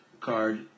card